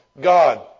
God